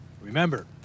Remember